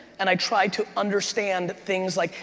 and i try to understand things like,